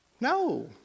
No